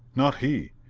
not he!